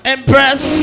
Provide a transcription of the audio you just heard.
Empress